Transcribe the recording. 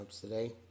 today